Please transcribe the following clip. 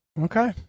Okay